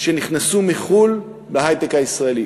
שנכנסו מחו"ל להיי-טק הישראלי.